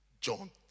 John